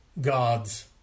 gods